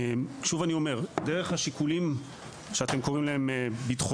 אני אומר שוב: דרך השיקולים שאתם קוראים להם בטחוניים,